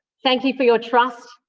thank you for your trust,